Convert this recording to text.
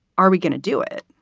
are we going to do it?